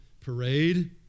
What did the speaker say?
parade